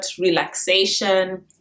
relaxation